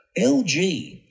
LG